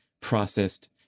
processed